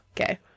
Okay